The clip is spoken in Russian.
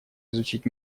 изучить